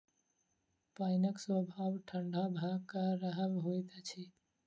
पाइनक स्वभाव ठंढा भ क रहब होइत अछि